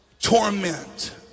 torment